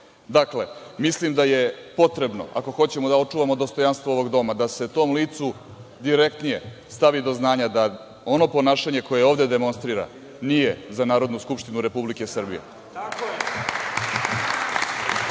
radi. Dakle, mislim da je potrebno, ako hoćemo da očuvamo dostojanstvo ovog doma da se tom licu direktnije stavi do znanja da ono ponašanje koje ovde demonstrira nije za Narodnu skupštinu Republike Srbije.